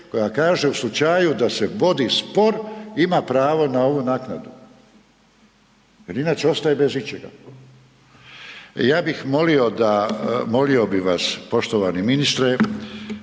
koja kaže u slučaju da se vodi spor ima pravo na ovu naknadu jer inače ostaje bez ičega. Ja bih molio da, molio bih vas poštovani ministre